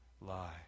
lie